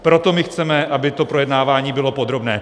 Proto my chceme, aby to projednávání bylo podrobné.